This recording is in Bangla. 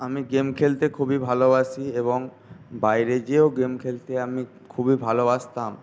আমি গেম খেলতে খুবই ভালোবাসি এবং বাইরে গিয়েও গেম খেলতে আমি খুবই ভালোবাসতাম